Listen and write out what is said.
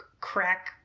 crack